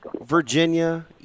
Virginia –